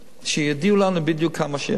שיודיעו לנו בדיוק כמה יש להם.